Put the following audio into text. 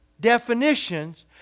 definitions